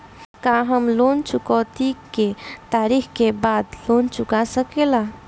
का हम लोन चुकौती के तारीख के बाद लोन चूका सकेला?